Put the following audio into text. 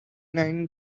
nine